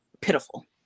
pitiful